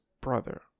brother